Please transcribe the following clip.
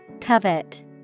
Covet